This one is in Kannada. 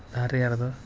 ಧಾರೆ ಎರೆದು